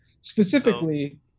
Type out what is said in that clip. Specifically